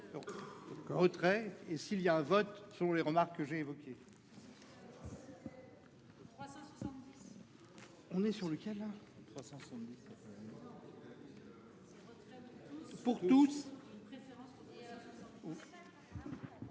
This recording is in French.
Retrait et s'il y a un vote sont les remarques que j'ai évoqués. On est sur lequel 370 pour toute